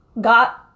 got